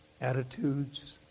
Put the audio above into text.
attitudes